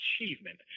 achievement